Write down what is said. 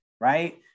right